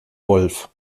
wolf